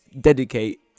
dedicate